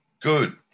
Good